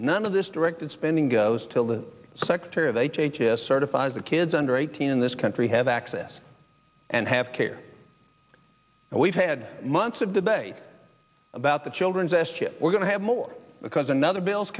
none of this directed spending goes till the secretary of h h s certifies the kids under eighteen in this country have access and have care and we've had months of debate about the children's s chip we're going to have more because another bill